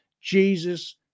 Jesus